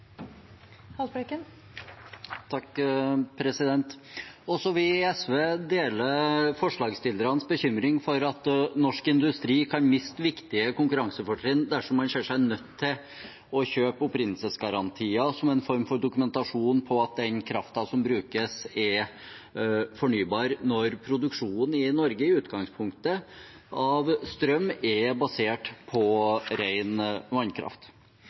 i SV deler forslagsstillernes bekymring for at norsk industri kan miste viktige konkurransefortrinn dersom man ser seg nødt til å kjøpe opprinnelsesgarantier som en form for dokumentasjon på at den kraften som brukes, er fornybar, når strømproduksjonen i Norge i utgangspunktet er basert på ren vannkraft.